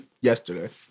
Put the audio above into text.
yesterday